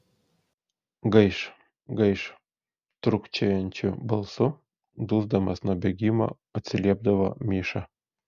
gaiš gaiš trūkčiojančiu balsu dusdamas nuo bėgimo atsiliepdavo miša